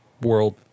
world